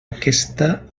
aquesta